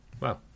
Wow